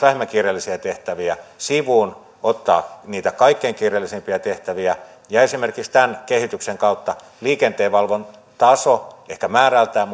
vähemmän kiireellisiä tehtäviä sivuun ottamaan niitä kaikkein kiireellisimpiä tehtäviä esimerkiksi tämän kehityksen kautta liikenteenvalvonnan taso ehkä määrältään